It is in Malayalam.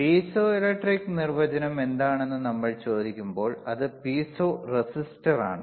പീസോ ഇലക്ട്രിക് നിർവചനം എന്താണെന്ന് നമ്മൾ ചോദിക്കുമ്പോൾ അത് പീസോ റെസിസ്റ്ററാണ്